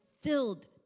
filled